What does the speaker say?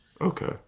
okay